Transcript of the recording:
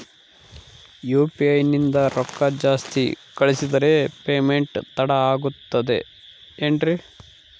UPI ನಿಂದ ರೊಕ್ಕ ಜಾಸ್ತಿ ಕಳಿಸಿದರೆ ಪೇಮೆಂಟ್ ತಡ ಆಗುತ್ತದೆ ಎನ್ರಿ?